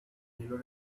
reloaded